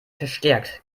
verstärkt